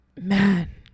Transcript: man